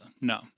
No